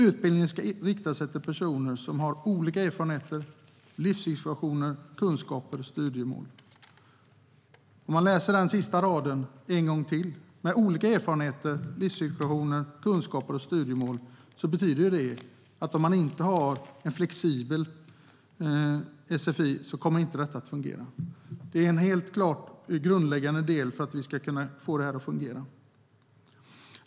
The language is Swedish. Utbildningen ska rikta sig till personer som har olika erfarenheter, livssituationer, kunskaper och studiemål. Jag säger det sista en gång till: olika erfarenheter, livssituationer, kunskaper och studiemål. Det betyder att om man inte har en flexibel sfi kommer detta inte att fungera. Det är helt klart en grundläggande del för att vi ska få det att fungera.